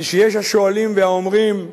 משום שיש השואלים ואומרים: